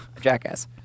Jackass